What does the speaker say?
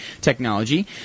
technology